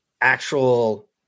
actual